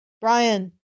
Brian